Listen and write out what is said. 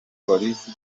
polisi